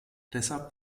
deshalb